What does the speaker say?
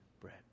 bread